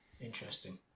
Interesting